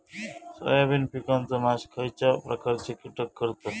Soybean पिकांचो नाश खयच्या प्रकारचे कीटक करतत?